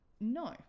no